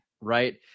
right